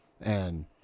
And-